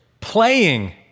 playing